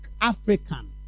African